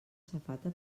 safata